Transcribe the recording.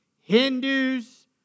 Hindus